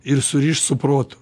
ir surišt su protu